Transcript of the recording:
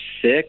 six